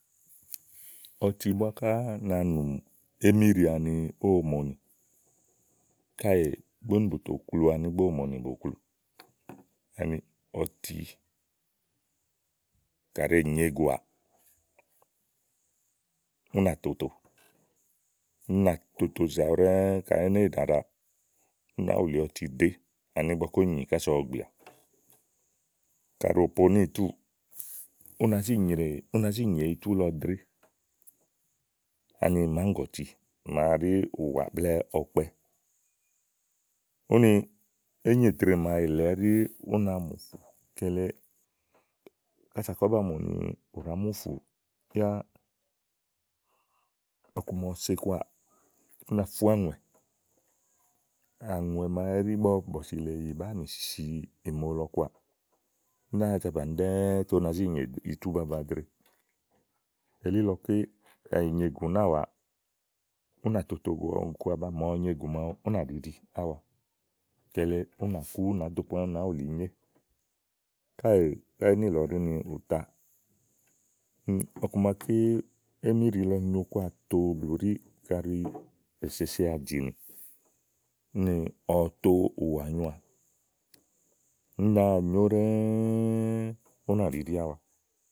ɔti búá ká na nù émíɖì ani ówò mòonì. káèè búnì bù tò klu ani ígbɔ ówò mòonì bo klúù. ani ɔti káɖi è nyeguàà, ù nà toto, ú nàtotozèe awu ɖɛ̀ɛ̀ kaɖi éné yì ɖaɖa únàá wulì ɔti ɖèé ani ígbɔké úni nyì kása ɔwɔ gbìà. kàɖi ò po níìtúù, ù nàá zi nyè itú lɔ ɖe ani màáŋgɔ̀ti màa ɖí ùwà blɛ̀ɛ ɔkpɛ, u ne ényèdre màaɖu ele ɛɖí úna mù ùfù. kele kása kɔ̀ ba mù ni ù ɖàá mu ùfùù, nyo ɔku ma ɔwɔ se kɔà, ú nà fú àŋùɛ̀ àŋùɛ̀ màawu ɛɖí ígbɔ bɔ̀sì le yìi bàáa nì si si ìmo lɔ kɔàà. ú náa za bàni ɖɛ́ɛ́ tè ú nàá zi nyè itú baba dre elílɔké kayi è nyegù náàwaa, ú nà toto go ɔku baba màa ɔwɔ nyegù màawu, ú nà ɖìɖi áwa kele ú nà kú ú nàá ɖo pòo ányi ú nàáwulí inyé káèè káyí níìlɔ ɖí ni ùtàa. ɔku maké émíɖi lɔ nyo kɔà blù ɖi kaɖi è seseà dinì úni ɔwɔ to ùwànyoà úni ú nà nyó ɖɛ̀ɛ̀, ú nà ɖiɖiáwa.